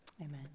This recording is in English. amen